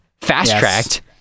fast-tracked